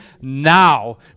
now